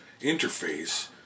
interface